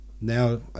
Now